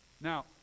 Now